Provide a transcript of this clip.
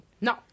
no